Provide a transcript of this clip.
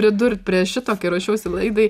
pridurt prie šito kai ruošiausi laidai